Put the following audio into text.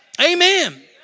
Amen